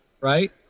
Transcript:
right